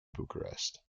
bucharest